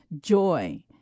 joy